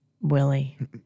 Willie